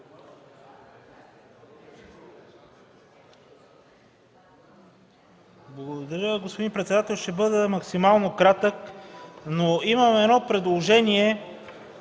Благодаря, господин председател. Ще бъда максимално кратък. Имам едно предложение